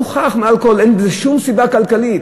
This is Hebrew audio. הוכח מעל כל ספק שאין לביטול שום סיבה כלכלית.